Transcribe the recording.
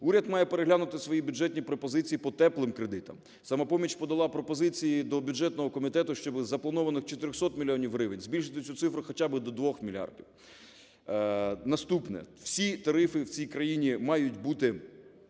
Уряд має переглянути свої бюджетні пропозиції по "теплим кредитам". "Самопоміч" подала пропозиції до бюджетного комітету, щоб із запланованих 400 мільйонів гривень збільшити цю цифру хоча б до 2 мільярдів. Наступне. Всі тарифи в цій країні мають бути